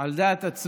על דעת עצמו